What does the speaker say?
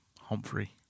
humphrey